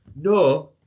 no